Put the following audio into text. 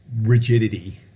rigidity